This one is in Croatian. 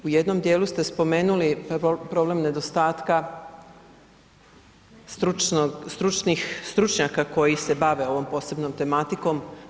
U jednom dijelu ste spomenuli problem nedostatka stručnih stručnjaka koji se bave ovom posebnom tematikom.